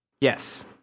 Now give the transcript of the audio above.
Yes